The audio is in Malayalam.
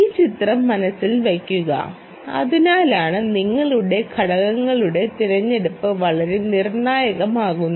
ഈ ചിത്രം മനസ്സിൽ വയ്ക്കുക അതിനാലാണ് നിങ്ങളുടെ ഘടകങ്ങളുടെ തിരഞ്ഞെടുപ്പ് വളരെ നിർണായകമാകുന്നത്